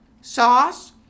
sauce